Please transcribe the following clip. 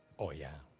oh, yeah.